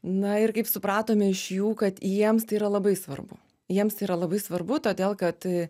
na ir kaip supratome iš jų kad jiems tai yra labai svarbu jiems yra labai svarbu todėl kad